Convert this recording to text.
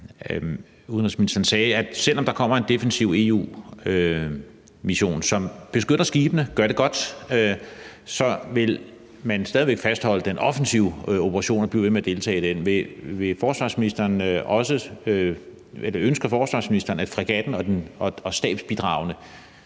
udenrigsministeren sagde, at selv om der kommer en defensiv EU-mission, som beskytter skibene og gør det godt, så vil man stadig væk fastholde den offensive operation og blive ved med at deltage i den. Ønsker forsvarsministeren, at fregatten og stabsbidragene